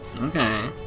okay